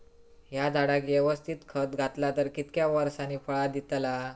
हया झाडाक यवस्तित खत घातला तर कितक्या वरसांनी फळा दीताला?